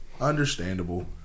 Understandable